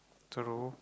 throw